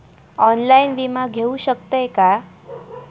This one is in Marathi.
ऑनलाइन विमा घेऊ शकतय का?